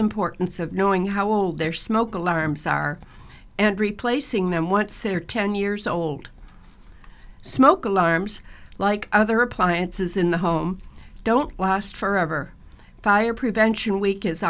importance of knowing how old their smoke alarms are and replacing them once they're ten years old smoke alarms like other appliances in the home don't last forever fire prevention week i